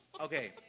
Okay